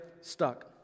stuck